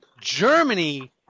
Germany